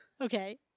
Okay